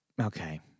Okay